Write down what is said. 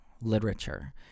literature